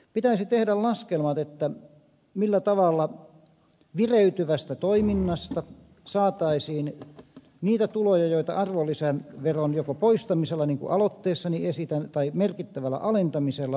pitäisi tehdä laskelmat millä tavalla vireytyvästä toiminnasta saataisiin niitä tuloja joita joko arvonlisäveron poistamisella niin kuin aloitteessani esitän tai sen merkittävällä alentamisella menetetään